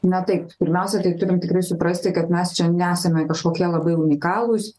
na taip pirmiausia tai turim tikrai suprasti kad mes čia nesame kažkokie labai unikalūs